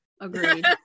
agreed